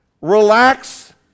Relax